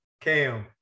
Cam